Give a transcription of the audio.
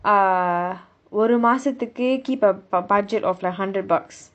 uh ஒரு மாசத்துக்கு:oru maasatthukku keep a b~ budget of like hundred bucks